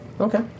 Okay